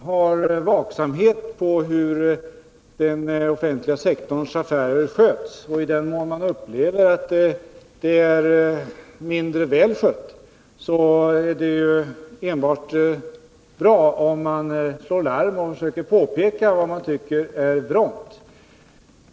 Herr talman! Jag skall av det skälet inte ge mig in på någon debatt om riksdagens återflyttning till Helgeandsholmen — hur frestande det än kan vara. Med anledning av Tore Nilssons inlägg vill jag bara säga att jag som budgetminister naturligtvis tycker att det är utomordentligt bra att riksdagsmän — det gäller f. ö. alla medborgare — är vaksamma när det gäller hur den offentliga sektorns affärer sköts. I den mån man upplever att de är mindre väl skötta, är det enbart positivt om man slår larm och försöker påpeka vad det är man tycker är vrångt.